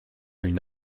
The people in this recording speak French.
une